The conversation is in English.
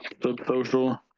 SubSocial